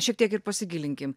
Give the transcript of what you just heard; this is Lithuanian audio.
šiek tiek ir pasigilinkim